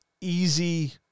easy